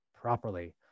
properly